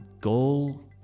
goal